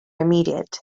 immediate